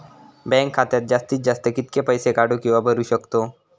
Bank खात्यात जास्तीत जास्त कितके पैसे काढू किव्हा भरू शकतो?